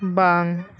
ᱵᱟᱝ